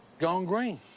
gone green.